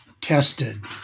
tested